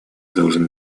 должны